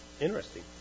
Interesting